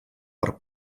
per